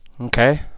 okay